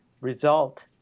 result